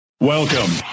Welcome